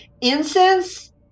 incense